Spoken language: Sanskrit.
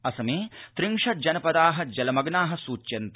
असमे त्रिंशज्जनपदा जलमग्ना सूच्यते